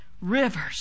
rivers